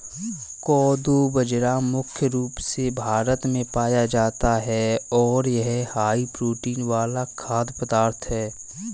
कोदो बाजरा मुख्य रूप से भारत में पाया जाता है और यह हाई प्रोटीन वाला खाद्य पदार्थ है